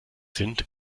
sind